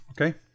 Okay